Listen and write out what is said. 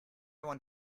want